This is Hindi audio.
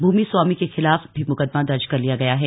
भूमि स्वामी के खिलाफ भी मुकदमा दर्ज कर लिया गया है